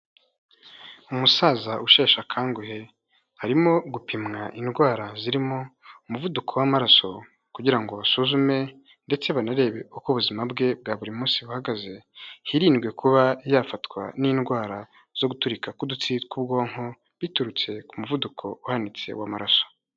Umusaza usheshe akanguhe, arimo gupimwa indwara zirimo umuvuduko w'amaraso, kugira ngo basuzume ndetse banarebe uko ubuzima bwe bwa buri munsi buhagaze, hirindwe kuba yafatwa n'indwara zo guturika k'udutsi tw'ubwonko biturutse ku muvuduko uhanitse w'amaraso.